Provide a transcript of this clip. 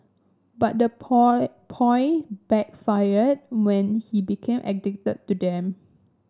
but the ploy backfired when he became addicted to them